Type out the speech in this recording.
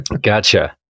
Gotcha